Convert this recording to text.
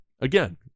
again